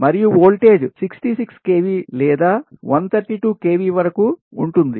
మరియు voltage 66 kV లేదా 132 kV వరకు ఉంటుంది